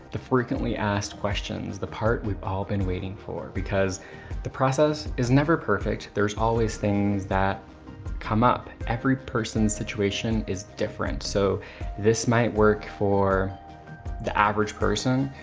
the frequently asked questions, the part we've all been waiting for, because the process is never perfect. there's always things that come up, every person's situation is different. so this might work for the average person,